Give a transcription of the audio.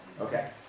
Okay